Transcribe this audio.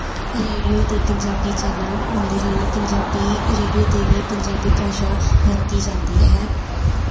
radio 'ਤੇ Punjabi channel ਆਉਂਦੇ ਹਨ ਪੰਜਾਬੀ ਰੇਡੀਓ 'ਤੇ ਵੀ ਪੰਜਾਬੀ ਭਾਸ਼ਾ ਵਰਤੀ ਜਾਂਦੀ ਹੈ